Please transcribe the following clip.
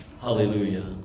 Hallelujah